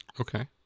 okay